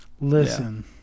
Listen